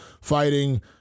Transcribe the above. fighting